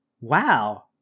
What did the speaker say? Wow